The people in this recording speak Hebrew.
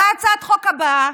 באה הצעת החוק הבאה.